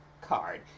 card